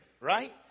right